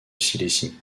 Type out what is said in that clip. silésie